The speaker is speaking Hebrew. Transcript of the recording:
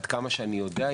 עד כמה שאני יודע,